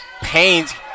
paint